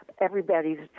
everybody's